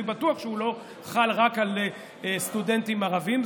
אני בטוח שהוא לא חל רק על סטודנטים ערבים.